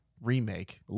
remake